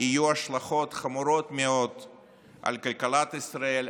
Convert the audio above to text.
יהיו השלכות חמורות מאוד על כלכלת ישראל,